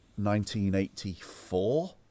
1984